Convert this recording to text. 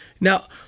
now